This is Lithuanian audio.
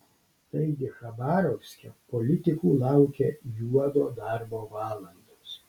taigi chabarovske politikų laukia juodo darbo valandos